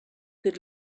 could